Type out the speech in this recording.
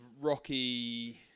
rocky